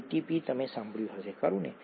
ATP તમે સાંભળ્યું હશે ખરું ને